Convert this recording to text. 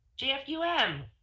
JFUM